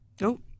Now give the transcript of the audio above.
nope